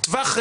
טווח,